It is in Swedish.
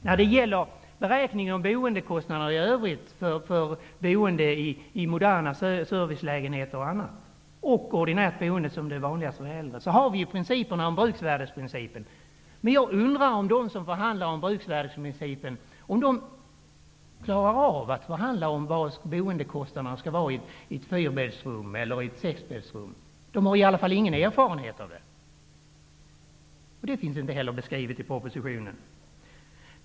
När det gäller beräkningen av boendekostnader i övrigt, för boende i moderna servicelägenheter och för ordinärt boende, som är det vanliga för äldre, har vi bruksvärdesprincipen. Men jag undrar om de som förhandlar om bruksvärdesprincipen klarar av att förhandla om hur hög boendekostnaden skall vara i ett fyrbäddsrum eller ett sexbäddsrum. De har i alla fall inte någon erfarenhet av det. Inte heller detta finns beskrivet i propositionen.